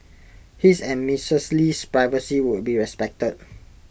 his and Mrs Lee's privacy would be respected